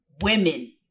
women